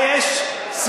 אתה באמת רוצה את זה?